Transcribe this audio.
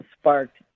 sparked